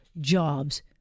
jobs